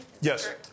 Yes